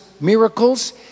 miracles